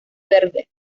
verde